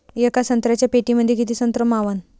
येका संत्र्याच्या पेटीमंदी किती संत्र मावन?